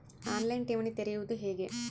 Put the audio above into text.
On line ಠೇವಣಿ ತೆರೆಯುವುದು ಹೇಗೆ?